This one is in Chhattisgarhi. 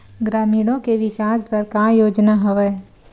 ग्रामीणों के विकास बर का योजना हवय?